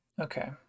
Okay